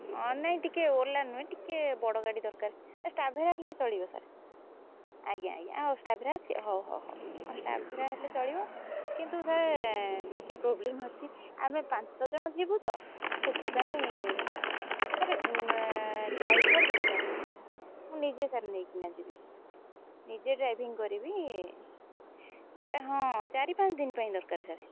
ହଁ ନାଇଁ ଟିକିଏ ଓଲା ନୁହେଁ ଟିକିଏ ବଡ଼ ଗାଡ଼ି ଦରକାର ଟାଭେରା ହେଲେ ଚଳିବ ସାର୍ ଆଜ୍ଞା ଆଜ୍ଞା ଆଉ ଟାଭେରା ଅଛି ହଉ ହଉ ହଉ ଆଉ ଟାଭେରା ହେଲେ ଚଳିବ କିନ୍ତୁ ସାର୍ ଟିକିଏ ପ୍ରୋବ୍ଲେମ୍ ଅଛି ଆମେ ପାଞ୍ଚ ଜଣ ଯିବୁ ତ ସେଥିପାଇଁ ସାର୍ ଡ୍ରାଇଭର୍ ଦରକାର ନାହିଁ ମୁଁ ନିଜେ ସାର୍ ନେଇକିନା ଯିବି ନିଜେ ଡ୍ରାଇଭିଂ କରିବି ସାର୍ ହଁ ଚାରି ପାଞ୍ଚ ଦିନ ପାଇଁ ଦରକାର ସାର୍